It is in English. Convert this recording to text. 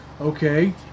Okay